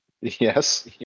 Yes